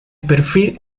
perfil